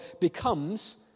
becomes